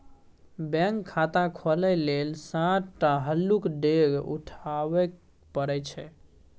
bank खाता खोलय लेल सात टा हल्लुक डेग उठाबे परय छै